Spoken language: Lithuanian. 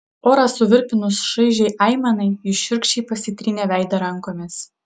orą suvirpinus šaižiai aimanai jis šiurkščiai pasitrynė veidą rankomis